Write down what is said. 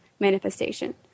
Manifestation